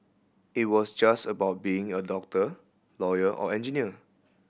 it was just about being a doctor lawyer or engineer